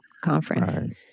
Conference